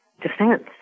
defense